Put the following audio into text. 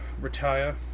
retire